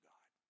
God